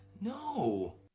No